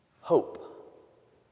hope